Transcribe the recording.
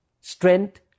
strength